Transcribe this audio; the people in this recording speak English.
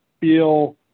feel